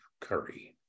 Curry